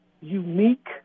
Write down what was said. unique